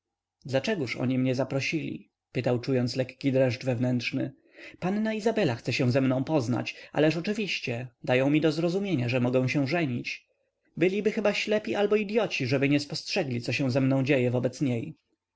dlaczego oni mnie zaprosili pytał czując lekki dreszcz wewnętrzny panna izabela chce się ze mną poznać ależ oczywiście dają mi do zrozumienia że mogę się żenić byliby chyba ślepi albo idyoci żeby nie spostrzegli co się ze mną dzieje wobec niej